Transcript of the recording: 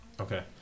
Okay